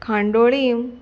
खांडोळीम